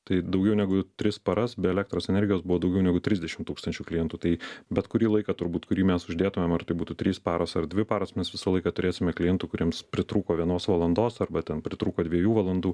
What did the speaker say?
tai daugiau negu tris paras be elektros energijos buvo daugiau negu trisdešim tūkstančių klientų tai bet kurį laiką turbūt kurį mes uždėtumėm ar tai būtų trys paros ar dvi paros mes visą laiką turėsime klientų kuriems pritrūko vienos valandos arba ten pritrūko dviejų valandų